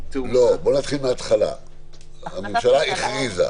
הממשלה הכריזה,